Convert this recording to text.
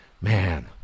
man